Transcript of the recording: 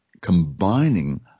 combining